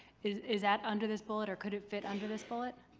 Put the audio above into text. is is that under this bullet or could it fit under this bullet?